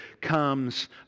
comes